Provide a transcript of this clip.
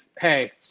hey